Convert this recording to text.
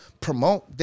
promote